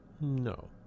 no